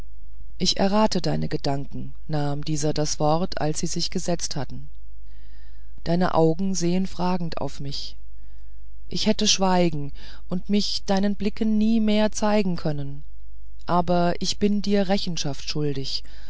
ich errate deine gedanken nahm dieser das wort als sie sich gesetzt hatten deine augen sehen fragend auf mich ich hätte schweigen und mich deinen blicken nie mehr zeigen können aber ich bin dir rechenschaft schuldig